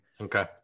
Okay